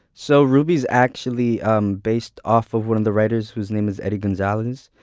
so ruby's actually um based off of one of the writers whose name is eddie gonzalez.